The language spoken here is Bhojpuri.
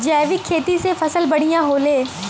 जैविक खेती से फसल बढ़िया होले